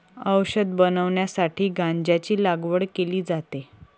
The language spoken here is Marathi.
औषध बनवण्यासाठी गांजाची लागवड केली जाते